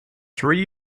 three